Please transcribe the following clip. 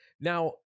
Now